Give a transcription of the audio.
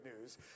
news